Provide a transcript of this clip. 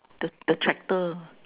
the the tractor